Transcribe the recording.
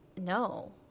no